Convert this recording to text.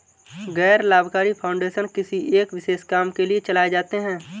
गैर लाभकारी फाउंडेशन किसी एक विशेष काम के लिए चलाए जाते हैं